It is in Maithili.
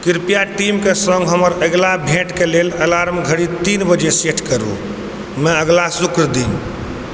कृपया टीमके सङ्ग हमर अगिला भेंटके लेल अलार्म घड़ी तीन बजे सेट करूमे अगिला शुक्र दिन